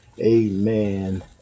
amen